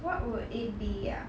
what would it be ah